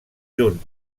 junt